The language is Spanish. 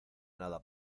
nada